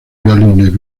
violines